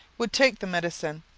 would take the medicine,